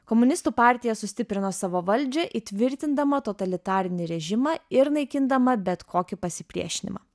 komunistų partija sustiprino savo valdžią įtvirtindama totalitarinį režimą ir naikindama bet kokį pasipriešinimą